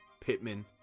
Pittman